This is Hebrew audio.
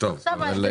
אני מגיעה.